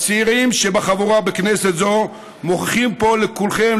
הצעירים שבחבורה בכנסת זו מוכיחים פה לכולכם,